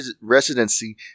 Residency